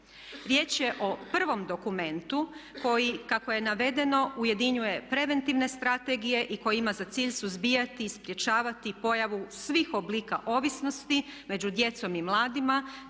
Riječ je o prvom dokumentu koji kako je navedeno ujedinjuje preventivne strategije i koji ima za cilj suzbijati i sprječavati pojavu svih oblika ovisnosti među djecom i mladima